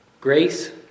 Grace